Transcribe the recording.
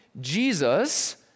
Jesus